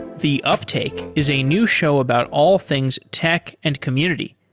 the uptake is a new show about all things tech and community.